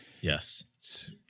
Yes